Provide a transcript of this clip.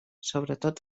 sobretot